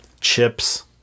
Chips